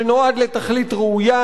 שנועד לתכלית ראויה,